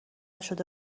شده